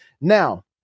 Now